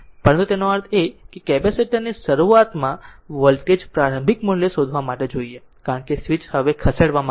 પરંતુ તેનો અર્થ એ કે કેપેસિટર ની શરૂઆતમાં વોલ્ટેજ પ્રારંભિક મૂલ્યો શોધવા જોઈએ કારણ કે સ્વીચ હવે ખસેડવામાં આવી છે